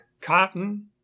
cotton